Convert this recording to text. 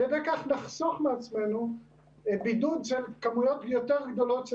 על ידי כך נחסוך מעצמנו בידוד של כמויות יותר גדולות של